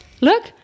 Look